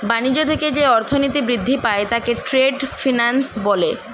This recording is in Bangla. বাণিজ্য থেকে যে অর্থনীতি বৃদ্ধি পায় তাকে ট্রেড ফিন্যান্স বলে